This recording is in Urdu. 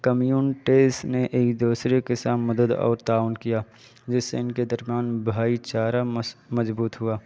کمیونٹیز نے ایک دوسرے کے سام مدد اور تعاون کیا جس سے ان کے درمیان بھائی چارہ مضبوط ہوا